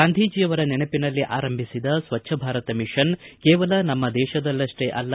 ಗಾಂಧೀಜಿಯವರ ನೆನಪಿನಲ್ಲಿ ಆರಂಭಿಸಿದ ಸ್ವಚ್ಯ ಭಾರತ ಮಿಶನ್ ಕೇವಲ ನಮ್ನ ದೇಶದಲ್ಲಷ್ನೇಅಲ್ಲ